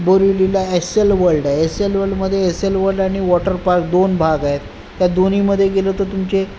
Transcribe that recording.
बोरीवलीला Essel world आहे एसएल वर्ल्डमदे Essel world आणि वॉटर पार्क दोन भाग आहेत त्या दोन्हीमदे गेलं तर तुमचे